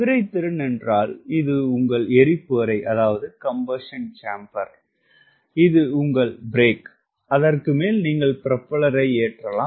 குதிரைத்திறன் என்றால் இது உங்கள் எரிப்பு அறை இது உங்கள் பிரேக் அதற்கு மேல் நீங்கள் புரோப்பல்லரை ஏற்றலாம்